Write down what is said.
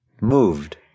moved